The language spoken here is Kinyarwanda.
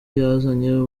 yazanye